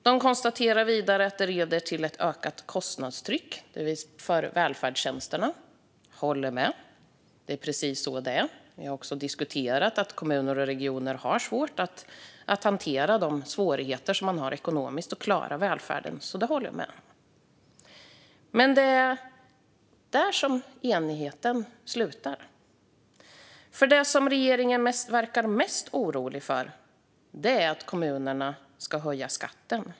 De konstaterar vidare att det leder till ett ökat kostnadstryck på välfärdstjänsterna. Jag håller med; det är precis så det är. Vi har också diskuterat att kommuner och regioner har svårt att hantera de ekonomiska svårigheterna och att klara välfärden. Där slutar enigheten, för det som regeringen verkar mest orolig för är att kommunerna ska höja skatten.